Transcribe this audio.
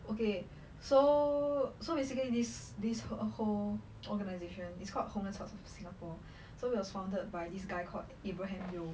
okay so so basically this this err whole organization it's called homeless hearts of singapore so it was founded by this guy called abraham yeo